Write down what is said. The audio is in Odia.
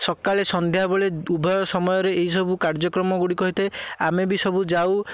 ସକାଳେ ସନ୍ଧ୍ୟାବେଳେ ଉଭୟ ସମୟରେ ଏହିସବୁ କାର୍ଯ୍ୟକ୍ରମ ଗୁଡ଼ିକ ହୋଇଥାଏ ଆମେ ବି ସବୁ ଯାଉ